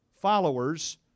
followers